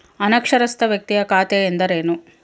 ಅನಕ್ಷರಸ್ಥ ವ್ಯಕ್ತಿಯ ಖಾತೆ ಎಂದರೇನು?